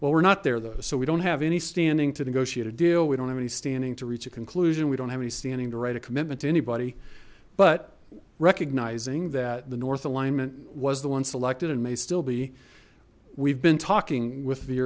well we're not there though so we don't have any standing to negotiate a deal we don't have any standing to reach a conclusion we don't have any standing to write a commitment to anybody but recognizing that the north alignment was the one selected and may still be we've been talking with the